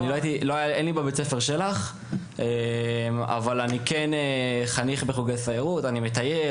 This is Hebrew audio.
לי בבית הספר של״ח אבל אני מטייל ומדריך פה בחוגי סיירות.